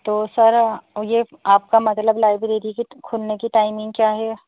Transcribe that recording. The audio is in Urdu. تو سر یہ آپ کا مطلب لائبریری کی کھلنے کی ٹائمنگ کیا ہے